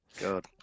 God